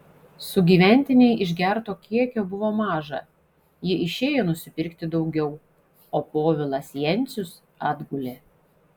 sugyventinei išgerto kiekio buvo maža ji išėjo nusipirkti daugiau o povilas jencius atgulė